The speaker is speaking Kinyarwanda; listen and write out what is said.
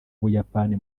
buyapani